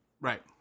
Right